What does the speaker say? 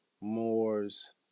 Moore's